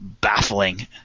baffling